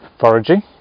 foraging